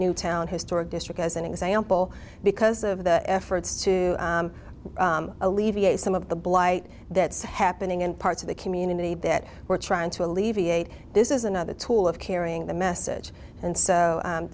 newtown historic district as an example because of the efforts to alleviate some of the blight that's happening in parts of the community that we're trying to alleviate this is another tool of carrying the message and so